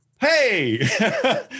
hey